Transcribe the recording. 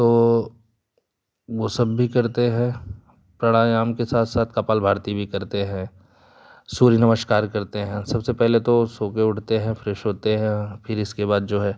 तो वो सब भी करते हैं प्राणायाम के साथ साथ कपालभारती भी करते हैं सूर्य नमस्कार करते हैं सबसे पहले तो सो के उठते हैं फ्रेश होते हैं फिर इस के बाद जो है